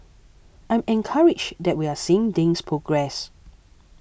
I'm encouraged that we're seeing things progress